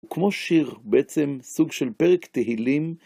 כמו שיר, בעצם סוג של פרק תהילים.